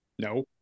No